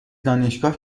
دانشگاه